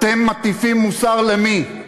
אתם מטיפים מוסר למי?